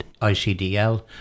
ICDL